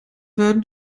werden